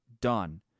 done